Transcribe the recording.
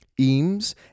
Eames